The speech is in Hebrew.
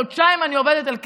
חודשיים אני עובדת על כנס,